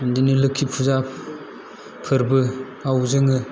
बिदिनो लोखि फुजा फोरबोआव जोङो